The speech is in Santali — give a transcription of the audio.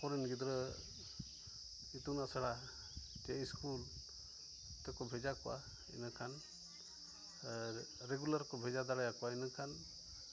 ᱟᱠᱚᱨᱮᱱ ᱜᱤᱫᱽᱨᱟᱹ ᱤᱛᱩᱱ ᱟᱥᱲᱟ ᱪᱮ ᱥᱠᱩᱞ ᱛᱮᱠᱚ ᱵᱷᱮᱡᱟ ᱠᱚᱣᱟ ᱤᱱᱟᱹᱠᱷᱟᱱ ᱟᱨ ᱨᱮᱜᱩᱞᱟᱨ ᱠᱚ ᱵᱷᱮᱡᱟ ᱫᱟᱲᱮᱭᱟᱠᱚᱣᱟ ᱤᱱᱟᱹᱠᱷᱟᱱ